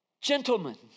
Gentlemen